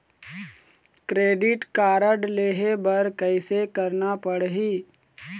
Credit card लेहे बर कैसे करना पड़ही?